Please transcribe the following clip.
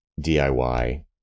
DIY